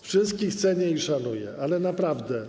Wszystkich cenię i szanuję, ale naprawdę.